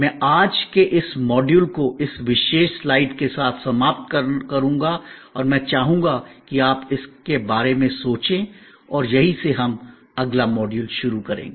मैं आज के इस मॉड्यूल को इस विशेष स्लाइड के साथ समाप्त करूंगा और मैं चाहूंगा कि आप इसके बारे में सोचें और यहीं से हम अगला मॉड्यूल शुरू करेंगे